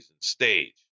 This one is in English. stage